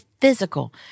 physical